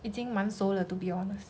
已经蛮熟了 to be honest